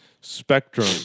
Spectrum